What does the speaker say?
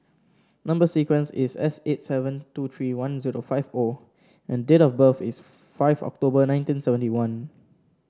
number sequence is S eight seven two three one zero five O and date of birth is five October nineteen seventy one